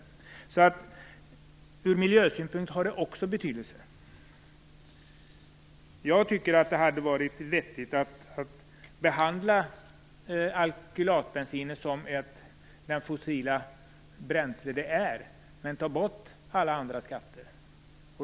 Så detta har betydelse också ur miljösynpunkt. Jag tycker att det hade varit vettigt att behandla alkylatbensin som det fossila bränsle det är men ta bort alla andra skatter.